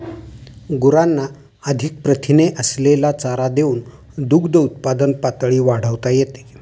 गुरांना अधिक प्रथिने असलेला चारा देऊन दुग्धउत्पादन पातळी वाढवता येते